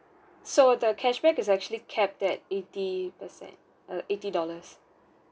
so the cashback is actually capped at eighty percent uh eighty dollars